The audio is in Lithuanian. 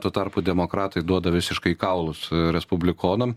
tuo tarpu demokratai duoda visiškai kaulus respublikonam